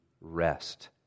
rest